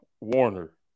Warner